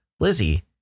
Lizzie